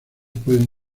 pueden